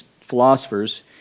philosophers